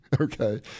Okay